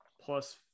plus